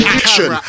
action